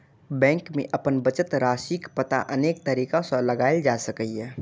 bank मे अपन बचत राशिक पता अनेक तरीका सं लगाएल जा सकैए